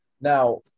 now